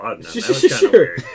Sure